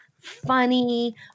funny